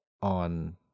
on